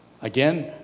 Again